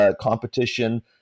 competition